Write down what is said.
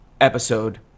episode